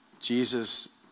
Jesus